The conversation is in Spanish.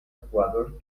jugador